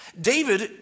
David